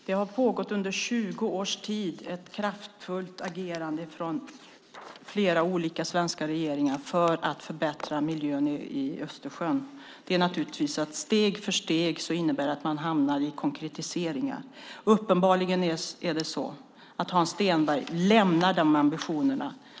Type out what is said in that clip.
Herr talman! Det har under 20 års tid pågått ett kraftfullt agerande från flera olika svenska regeringar för att förbättra miljön i Östersjön. Det är naturligtvis så att det steg för steg innebär att man hamnar i konkretiseringar. Uppenbarligen är det så att Hans Stenberg lämnar dessa ambitioner.